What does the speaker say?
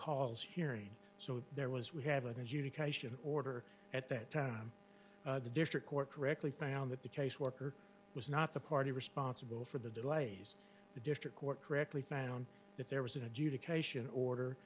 cause hearing so there was we have an adjudication order at that time the district court correctly found that the caseworker was not the party responsible for the delays the district court correctly found that there was an adjudication order